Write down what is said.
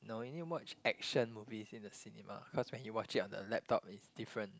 no you need to watch action movies in the cinema cause when you watch it on the laptop it's different